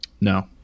No